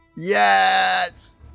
Yes